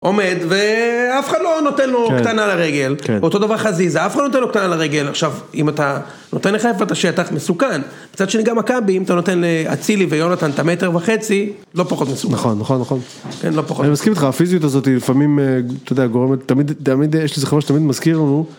עומד, ואף אחד לא נותן לו קטנה לרגל. אותו דבר חזיזה אף אחד לא נותן לו קטנה לרגל. עכשיו, אם אתה נותן לחיפה את השטח, מסוכן. מצד שני גם מכבי, אם אתה נותן לאצילי ויונתן את המטר וחצי, לא פחות מסוכן. נכון, נכון, נכון. כן, לא פחות. אני מסכים איתך, הפיזיות הזאתי לפעמים, אתה יודע, גורמת תמיד, תמיד, יש לי איזה חבר שתמיד מזכיר לנו.